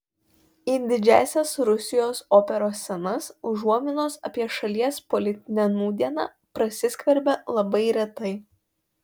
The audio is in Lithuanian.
į didžiąsias rusijos operos scenas užuominos apie šalies politinę nūdieną prasiskverbia labai retai